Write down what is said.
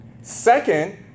Second